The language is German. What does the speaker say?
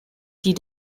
die